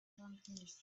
companies